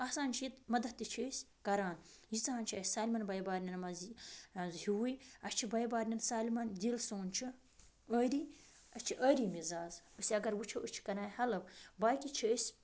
آسان چھِ مَدَتھ تہِ چھِ أسۍ کَران ییٖژاہ ہَن چھِ اَسہِ سارنی بٔے بارنٮ۪ن منٛز یہِ ہیُوٕے اَسہِ چھِ بٔے بارنٮ۪ن سارنی دِل سون چھُ عٲری اَسہِ چھِ ٲری مِزاز أسۍ اگر وٕچھو أسۍ چھِ کَران ہٮ۪لٕپ باقی چھِ أسۍ